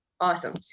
awesome